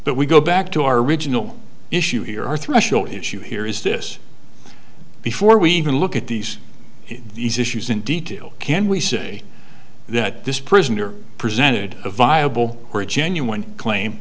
but we go back to our original issue here our threshold issue here is this before we even look at these these issues in detail can we say that this prisoner presented a viable or a genuine claim